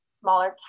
smaller